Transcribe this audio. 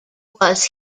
was